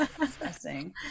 interesting